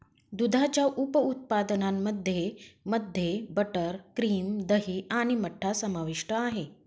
दुधाच्या उप उत्पादनांमध्ये मध्ये बटर, क्रीम, दही आणि मठ्ठा समाविष्ट आहे